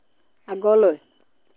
আগলৈ